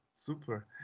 Super